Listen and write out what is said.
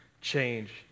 change